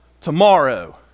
tomorrow